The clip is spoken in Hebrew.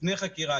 לפני חקירה,